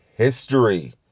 History